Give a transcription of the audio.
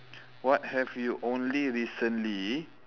what have you recently